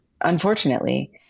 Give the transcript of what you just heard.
unfortunately